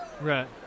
Right